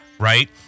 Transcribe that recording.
Right